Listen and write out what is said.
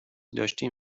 داشتیم